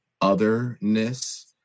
otherness